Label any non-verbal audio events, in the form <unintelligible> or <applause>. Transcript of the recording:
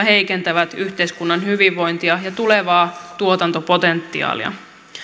<unintelligible> heikentävät yhteiskunnan hyvinvointia ja tulevaa tuotantopotentiaalia